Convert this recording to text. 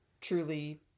truly